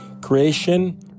creation